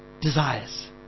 desires